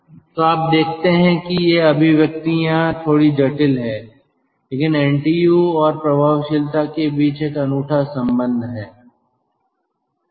तो आप देखते हैं कि ये अभिव्यक्तियाँ थोड़ी जटिल हैं लेकिन NTU और प्रभावशीलता के बीच एक अनूठा संबंध है